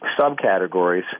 subcategories